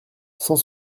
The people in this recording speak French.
cent